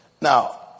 Now